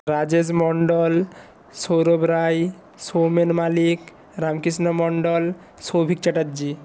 Rajesh Mondal Sourav Roy Soumen Malik Ramkrishna Mondal Souvik Chatterjee